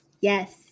Yes